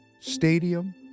stadium